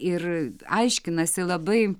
ir aiškinasi labai